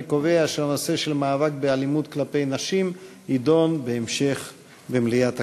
אני קובע שהנושא מאבק באלימות כלפי נשים יידון בהמשך במליאת הכנסת.